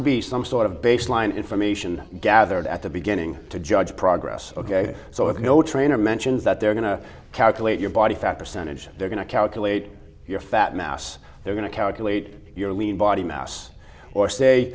to be some sort of baseline information gathered at the beginning to judge progress ok so if you know trainer mentions that they're going to calculate your body fat percentage they're going to calculate your fat mass they're going to calculate your lean body mass or say